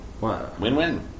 win-win